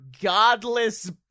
godless